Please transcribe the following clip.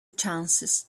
chances